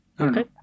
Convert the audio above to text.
Okay